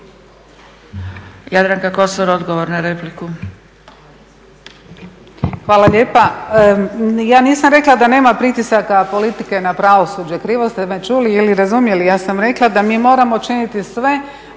Jadranka Kosor, odgovor na repliku.